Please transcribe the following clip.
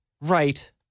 Right